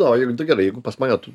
no jeigu tai gerai jeigu pas mane tu